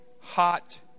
hot